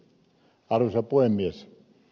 arvoisa puhemies